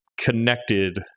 connected